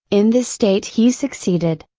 in this state he succeeded.